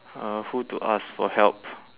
uh who to ask for help